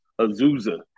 Azusa